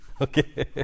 Okay